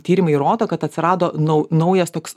tyrimai rodo kad atsirado nau naujas toks